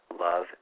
love